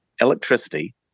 electricity